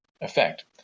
effect